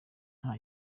nta